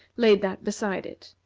laid that beside it.